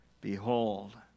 Behold